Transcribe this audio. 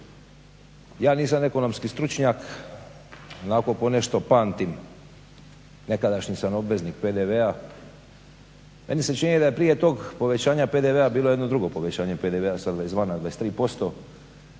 Ja nisam ekonomski stručnjak, onako ponešto pamtim, nekadašnji sam obveznik PDV-a. Meni se čini da je prije tog povećanja PDV-a bilo jedno drugo povećanje PDV-a sa 22 na 23%